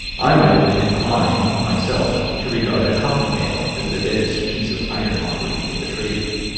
i might have been inclined, myself, to regard a coffin-nail as the deadest piece of ironmongery in the trade.